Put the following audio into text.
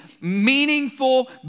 meaningful